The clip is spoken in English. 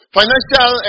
financial